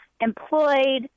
employed